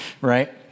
right